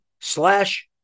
slash